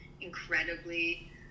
incredibly